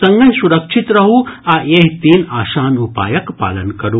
संगहि सुरक्षित रहू आ एहि तीन आसान उपायक पालन करू